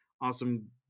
awesome